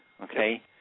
Okay